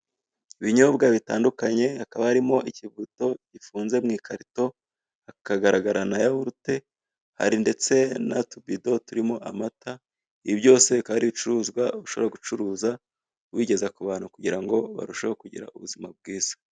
Ibinyobwa bitandukanye hakaba harimo ikivuguto gifunze mu ikarito, hakagaragara na yawurute, hari ndetse n'utubido turimo amata. Ibi byose bikaba ari ibicuruzwa ushobora gucuruza ubigeza ku bantu kugirango barusheho kugira ubuzima bwiza.